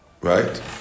right